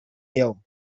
يوم